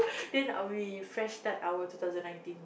then our we fresh start our two thousand nineteen